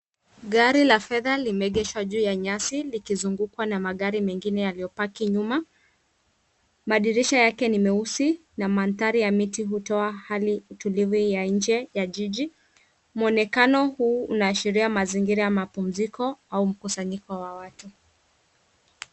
Gari ya fedha limeegeshwa juu ya nyasi likizungukwa na magari mengine yaliyopaki nyuma. Madirisha yake ni meusi na maandhari ya miti hutoa hali tulivu ya nje ya jiji. Mwonekano huu unaashiria mazingira ya mapumziko au mkusanyiko wa watu.